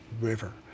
River